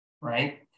right